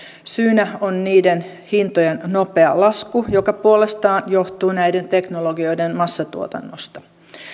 syynä on niiden hintojen nopea lasku joka puolestaan johtuu näiden teknologioiden massatuotannosta